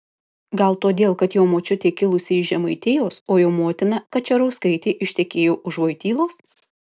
gal todėl kad jo močiutė kilusi iš žemaitijos o jo motina kačerauskaitė ištekėjo už vojtylos